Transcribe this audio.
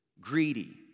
greedy